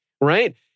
right